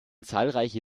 zahlreiche